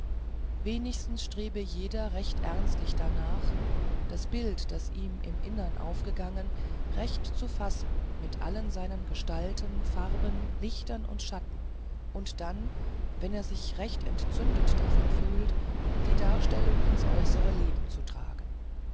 wenigstens strebe jeder recht ernstlich darnach das bild das ihm im innern aufgegangen recht zu erfassen mit allen seinen gestalten farben lichtern und schatten und dann wenn er sich recht entzündet davon fühlt die darstellung ins äußere leben zu tragen